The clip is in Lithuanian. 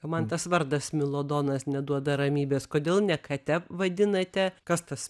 man tas vardas smilodonas neduoda ramybės kodėl ne kate vadinate kas tas